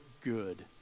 good